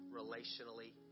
relationally